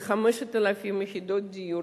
על 5,000 יחידות דיור,